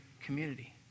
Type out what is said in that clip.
community